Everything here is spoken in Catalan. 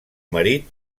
marit